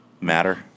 matter